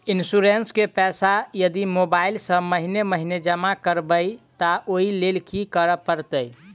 Insurance केँ पैसा यदि मोबाइल सँ महीने महीने जमा करबैई तऽ ओई लैल की करऽ परतै?